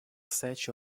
sete